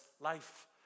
life